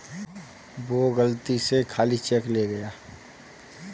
वो गलती से खाली चेक ले गया